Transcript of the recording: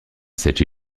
cette